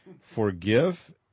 forgive